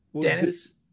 Dennis